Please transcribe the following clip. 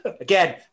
Again